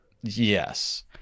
yes